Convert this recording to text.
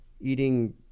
eating